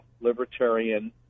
libertarian